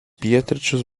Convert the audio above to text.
pietryčius